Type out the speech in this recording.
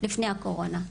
לפני הקורונה.